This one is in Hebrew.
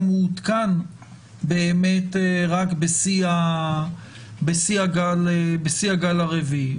הוא גם עודכן באמת רק בשיא הגל לרביעי.